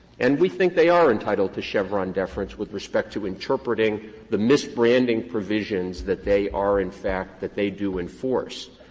and we think they are entitled to chevron deference with respect to interpreting the misbranding provisions that they are in fact that they do enforce.